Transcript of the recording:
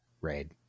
raid